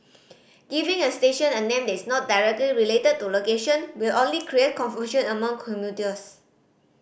giving a station a name is not directly related to location will only create confusion among commuters